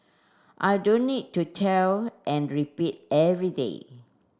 I don't need to tell and repeat every day